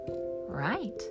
Right